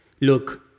look